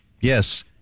Yes